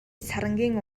сарангийн